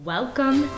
Welcome